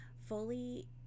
fully